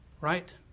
Right